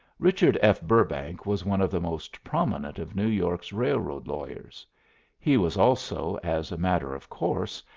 richard f. burrbank was one of the most prominent of new york's railroad lawyers he was also, as a matter of course,